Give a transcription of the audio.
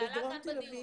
זה עלה כאן, בדיון.